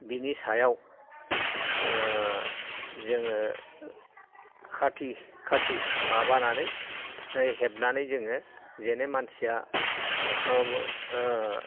बेनि सायाव जोङो खाथि खाथि माबानानै हेबनानै जोङो जेन मानसिया